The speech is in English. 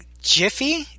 Jiffy